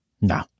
No